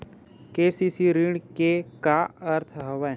KCC ऋण के का अर्थ हवय?